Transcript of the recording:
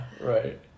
right